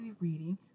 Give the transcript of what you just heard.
reading